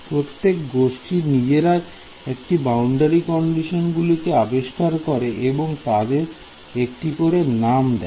প্রত্যেকটি গোষ্ঠী নিজেরা এই বাউন্ডারি কন্ডিশন গুলি আবিষ্কার করে এবং তাদেরকে একটি করে নাম দেয়